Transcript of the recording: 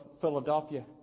Philadelphia